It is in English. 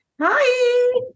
Hi